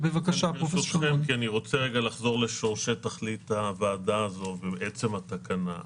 אני רוצה לחזור לשורשי תכלית הוועדה הזו ולעצם התקנה.